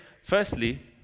Firstly